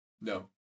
No